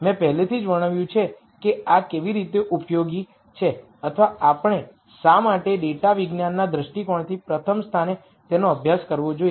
મેં પહેલેથી જ વર્ણવ્યું છે કે આ કેવી રીતે ઉપયોગી છે અથવા આપણે શા માટે ડેટા વિજ્ઞાનના દ્રષ્ટિકોણથી પ્રથમ સ્થાને તેનો અભ્યાસ કરવો જોઈએ